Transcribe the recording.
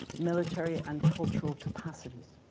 military and cultural capacities.